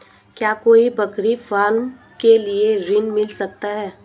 क्या कोई बकरी फार्म के लिए ऋण मिल सकता है?